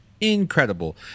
incredible